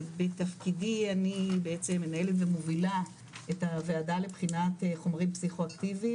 ובתפקידי אני בעצם מנהלת ומובילה את הוועדה לבחינת חומרים פסיכואקטיביים